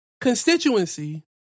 constituency